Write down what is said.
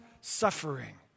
suffering